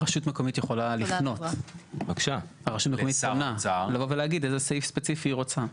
הרשות המקומית יכולה לפנות לשר האוצר ולהגיד איזה סעיף ספציפי היא רוצה.